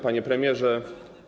Panie Premierze!